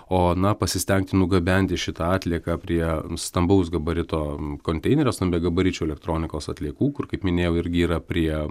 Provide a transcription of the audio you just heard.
o na pasistengti nugabenti šitą atlieką prie stambaus gabarito konteinerio stambiagabaričių elektronikos atliekų kur kaip minėjau irgi yra prie